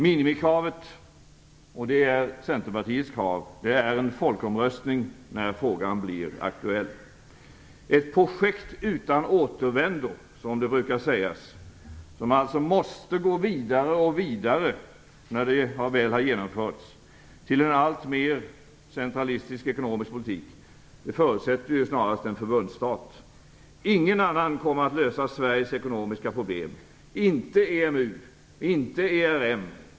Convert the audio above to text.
Minimikravet - och det är Centerpartiets krav - är en folkomröstning när frågan blir aktuell. Ett projekt utan återvändo, som det brukar sägas, vilket alltså när det väl har genomförts måste gå vidare och vidare, till en alltmer centralistisk ekonomisk politik, förutsätter snarast en förbundsstat. Ingen annan kommer att lösa Sveriges ekonomiska problem - inte EMU och inte ERM.